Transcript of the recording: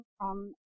on